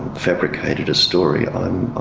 fabricated a story, i'm